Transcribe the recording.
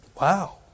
Wow